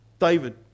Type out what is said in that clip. David